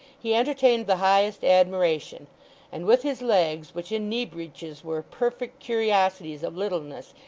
he entertained the highest admiration and with his legs, which, in knee-breeches, were perfect curiosities of littleness,